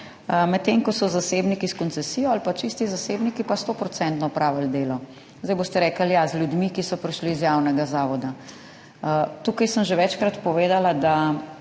Medtem ko so zasebniki s koncesijo ali čisti zasebniki pa 100-odstotno opravili delo. Zdaj boste rekli, ja, z ljudmi, ki so prišli iz javnega zavoda – tukaj sem že večkrat povedala, da